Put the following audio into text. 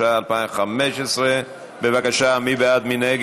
ואם זה לא מוצא חן בעינייך אז תלבשי עוד שמלה.) כפי שאמרתי לך,